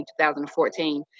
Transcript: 2014